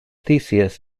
theseus